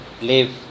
live